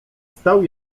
stał